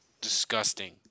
disgusting